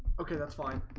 okay, that's fine.